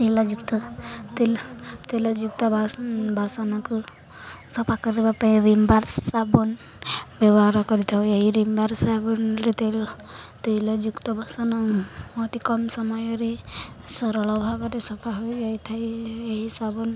ତେଲଯୁକ୍ତ ତେଲ ତେଲଯୁକ୍ତ ବାସ ବାସନକୁ ସଫା କରିବା ପାଇଁ ରିମ୍ ବାର୍ ସାବୁନ ବ୍ୟବହାର କରିଥାଉ ଏହି ରିମ୍ ବାର୍ ସାବୁନରେ ତେଲ ତେଲଯୁକ୍ତ ବାସନ ଅତି କମ୍ ସମୟରେ ସରଳ ଭାବରେ ସଫା ହୋଇଯାଇଥାଏ ଏହି ସାବୁନ